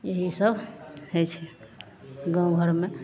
एहि सब होइ छै गाँव घरमे